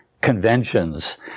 conventions